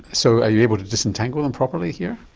so are you able to disentangle them properly here?